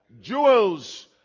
jewels